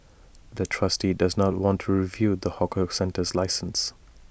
the trustee does not want to renew the hawker centre's license